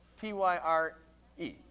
T-Y-R-E